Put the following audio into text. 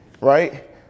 right